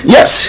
Yes